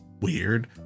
weird